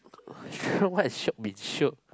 shiok what is shiok-bin-shiok